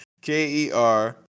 K-E-R